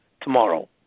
tomorrow